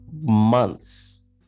months